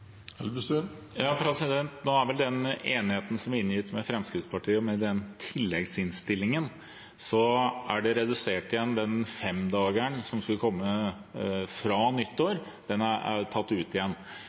Nå er det vel i enigheten som vi inngikk med Fremskrittspartiet, med den tilleggsinnstillingen, redusert igjen – de fem dagene som skulle komme fra